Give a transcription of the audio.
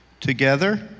Together